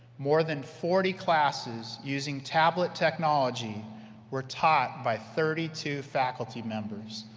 more than forty classes using tablet technology were taught by thirty two faculty members,